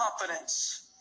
confidence